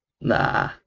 Nah